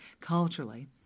culturally